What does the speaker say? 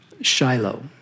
Shiloh